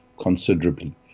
considerably